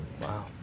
Wow